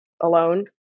alone